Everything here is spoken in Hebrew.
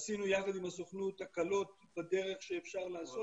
עשינו יחד עם הסוכנות הקלות בדרך שאפשר לעשות את זה.